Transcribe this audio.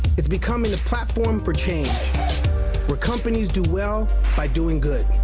it's becoming a platform for change where companies do well by doing good.